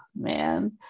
Man